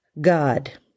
God